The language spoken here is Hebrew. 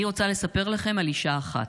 אני רוצה לספר לכם על אישה אחת.